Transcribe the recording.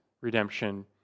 redemption